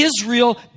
Israel